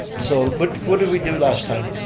so but what did we do last time?